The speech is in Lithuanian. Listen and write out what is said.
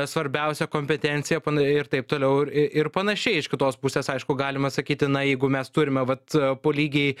svarbiausia kompetencija pana ir taip toliau i ir panašiai iš kitos pusės aišku galima sakyti na jeigu mes turime vat po lygiai